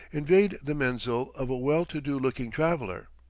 invade the menzil of a well-to-do looking traveller.